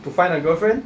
to find a girlfriend